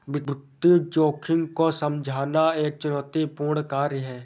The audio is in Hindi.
वित्तीय जोखिम को समझना एक चुनौतीपूर्ण कार्य है